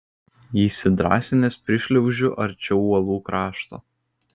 įsidrąsinęs prišliaužiu arčiau uolų krašto